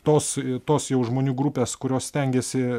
tos tos jau žmonių grupės kurios stengiasi